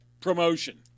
promotion